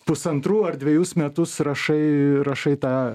pusantrų ar dvejus metus rašai rašai tą